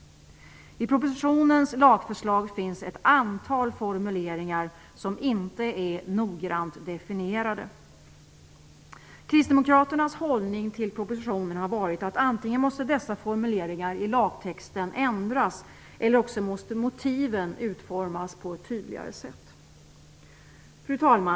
I propositionens lagförslag finns ett antal formuleringar som inte är noggrant definierade. Kristdemokraternas hållning till propositionen har varit den, att antingen måste dessa formuleringar i lagtexten ändras, eller också måste motiven utformas på ett tydligare sätt. Fru talman!